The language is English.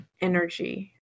energy